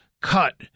cut